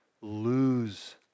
lose